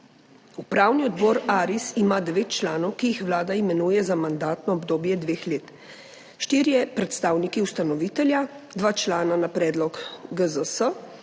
Upravni odbor ARIS ima devet članov, ki jih Vlada imenuje za mandatno obdobje dveh let – štirje predstavniki ustanovitelja, dva člana na predlog GZS,